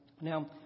Now